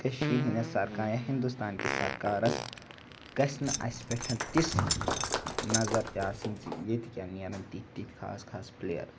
کٔشیٖرِ ہِنٛدٮ۪ن سرکار یا ہِندوستانکِس سرکارَس گژھِ نہٕ اَسہِ پٮ۪ٹھ تِژھ نظر تہِ آسٕنۍ زِ ییٚتہِ کٮ۪ن نیرَن تِتھۍ تِتھۍ خاص خاص پٕلیر